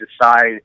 decide